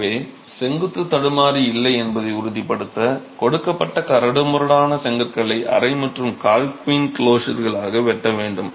எனவே செங்குத்து தடுமாறி இல்லை என்பதை உறுதிப்படுத்த கொடுக்கப்பட்ட கரடுமுரடான செங்கற்களை அரை மற்றும் கால் குயின் க்ளோசர்களாக வெட்ட வேண்டும்